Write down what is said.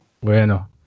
Bueno